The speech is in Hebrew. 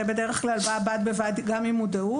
זה בדרך כלל בא בד בבד עם מודעות